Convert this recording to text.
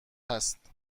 هست